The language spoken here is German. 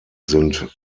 sind